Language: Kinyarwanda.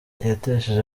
yatesheje